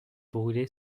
brûlé